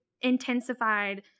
intensified